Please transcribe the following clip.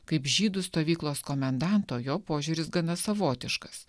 kaip žydų stovyklos komendanto jo požiūris gana savotiškas